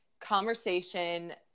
conversation